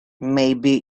maybe